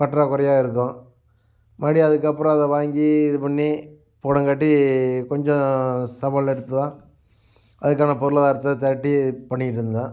பற்றாக்குறையா இருக்கும் மறுபடியும் அதுக்கப்புறம் அதை வாங்கி இது பண்ணி போடங்காட்டி கொஞ்சம் சவால் எடுத்துதான் அதுக்கான பொருளாதாரத்தை தெரட்டி பண்ணிகிட்ருந்தோம்